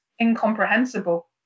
incomprehensible